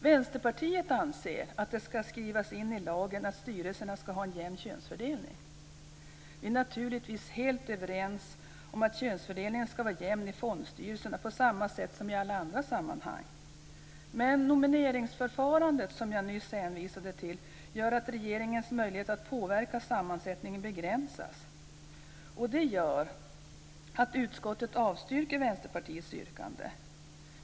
Vänsterpartiet anser att det ska skrivas in i lagen att styrelserna ska ha en jämn könsfördelning. Vi är naturligtvis helt överens om att könsfördelningen ska vara jämn i fondstyrelserna på samma sätt som i alla andra sammanhang. Men det nomineringsförfarande som jag nyss hänvisade till gör att regeringens möjlighet att påverka sammansättningen begränsas. Utskottet avstyrker därför Vänsterpartiets yrkande.